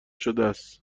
شدس